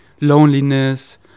loneliness